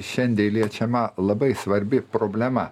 šiandien liečiama labai svarbi problema